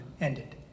ended